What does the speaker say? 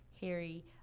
Harry